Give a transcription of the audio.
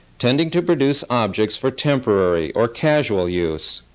tending to produce objects for temporary or casual use.